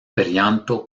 perianto